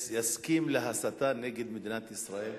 יסכים להסתה נגד מדינת ישראל,